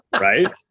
right